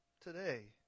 today